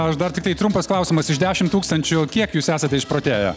aš dar tiktai trumpas klausimas iš dešimt tūkstančių kiek jūs esate išprotėję